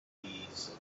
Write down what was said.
bees